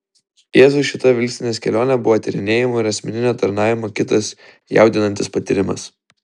jėzui šita vilkstinės kelionė buvo tyrinėjimo ir asmeninio tarnavimo kitas jaudinantis patyrimas